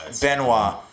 Benoit